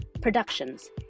Productions